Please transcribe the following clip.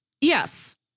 Yes